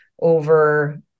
over